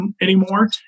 anymore